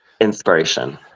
inspiration